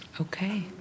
Okay